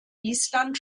island